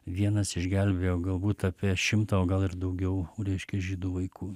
vienas išgelbėjo galbūt apie šimtą o gal ir daugiau reiškia žydų vaikų